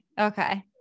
okay